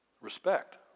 Respect